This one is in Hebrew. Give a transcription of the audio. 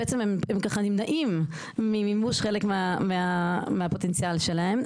בעצם הן נמצאות ממימוש חלק מהפוטנציאל שלהן,